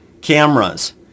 cameras